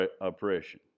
oppression